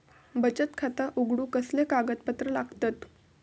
बचत खाता उघडूक कसले कागदपत्र लागतत?